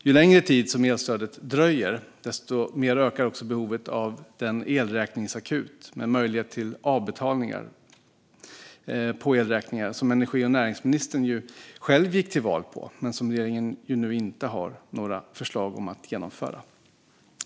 Ju längre tid som elstödet dröjer, desto mer ökar behovet av den elräkningsakut med möjlighet till avbetalningar på elräkningar som energi och näringsministern ju själv gick till val på, men som regeringen nu inte har några förslag om att genomföra.